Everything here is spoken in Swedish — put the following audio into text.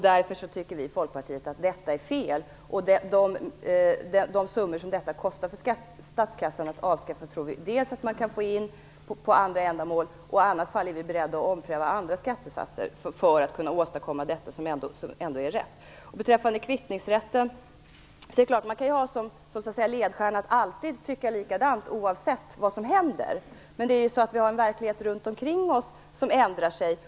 Därför tycker vi i Folkpartiet att detta är fel. De summor som det kostar för statskassan att avskaffa detta tror vi att man kan få in på annat sätt. I annat fall är vi beredda att ompröva andra skattesatser för att åstadkomma detta, som ändå är rätt. Beträffande kvittningsrätten kan jag säga att man naturligtvis kan ha som ledstjärna att man alltid skall tycka likadant, oavsett vad som händer. Men vi har en verklighet runt omkring oss som ändrar sig.